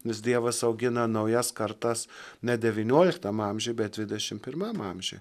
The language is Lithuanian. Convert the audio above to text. nes dievas augina naujas kartas ne devynioliktam amžiui bet dvidešim pirmam amžiui